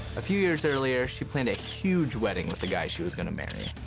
a few years earlier, she planned a huge wedding with the guy she was gonna marry.